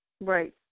Right